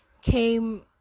came